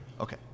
Okay